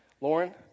Lauren